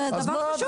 זה דבר חשוב.